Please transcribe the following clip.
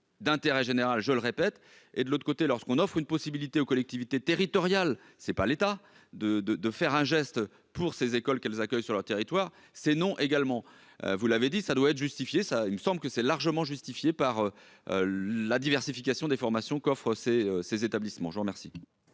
d'intérêt général, je le répète, et de l'autre côté, lorsqu'on offre une possibilité aux collectivités territoriales c'est pas l'état de, de, de faire un geste pour ces écoles qu'elles accueillent sur leur territoire, c'est non également, vous l'avez dit, ça doit être justifié ça il me semble que c'est largement justifiée par la diversification des formations coffre ces ces établissements, je vous remercie.